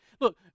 Look